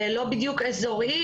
לא בדיוק אזוריים,